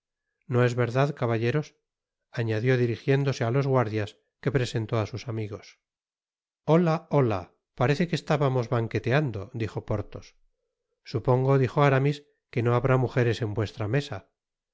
no es verdad caballeros añadió dirigiéndose á los guardias que presentó á sus amigos hola hola parece que estábamos banqueteando dijo porthos supongo dijo aramis que no habrá mujeres en vuestra mesa